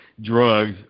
drugs